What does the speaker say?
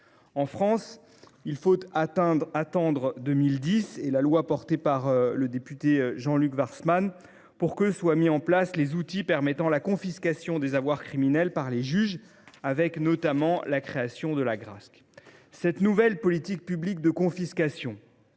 En France, il faudra attendre 2010 et la loi défendue par le député Jean Luc Warsmann pour que soient mis en place les outils permettant la confiscation des avoirs criminels par les juges, notamment l’Agrasc. Cette nouvelle politique publique de confiscation